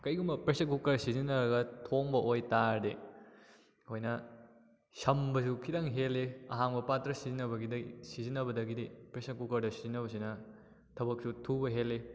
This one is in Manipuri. ꯀꯩꯒꯨꯝꯕ ꯄ꯭ꯔꯦꯁꯔ ꯀꯨꯛꯀꯔ ꯁꯤꯖꯤꯟꯅꯔꯒ ꯊꯣꯡꯕ ꯑꯣꯏꯇꯥꯔꯗꯤ ꯑꯩꯈꯣꯏꯅ ꯁꯝꯕꯁꯨ ꯈꯤꯇꯪ ꯍꯦꯜꯂꯦ ꯑꯍꯥꯡꯕ ꯄꯥꯠꯇ꯭ꯔ ꯁꯤꯖꯤꯟꯅꯕꯒꯤꯗꯩ ꯁꯤꯖꯤꯟꯅꯕꯗꯒꯤꯗꯤ ꯄ꯭ꯔꯦꯁꯔ ꯀꯨꯀꯔꯗ ꯁꯤꯖꯤꯟꯅꯕꯁꯤꯅ ꯊꯕꯛꯁꯨ ꯊꯨꯕ ꯍꯦꯜꯂꯦ